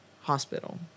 hospital